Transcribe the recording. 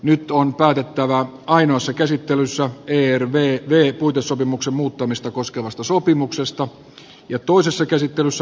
nyt on päätettä vä ainoassa käsittelyssä ervv puitesopimuksen muuttamista koskevasta sopimuksesta ja toisessa käsittelyssä lakiehdotuksista